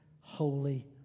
holy